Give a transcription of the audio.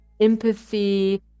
empathy